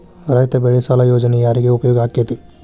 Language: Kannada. ರೈತ ಬೆಳೆ ಸಾಲ ಯೋಜನೆ ಯಾರಿಗೆ ಉಪಯೋಗ ಆಕ್ಕೆತಿ?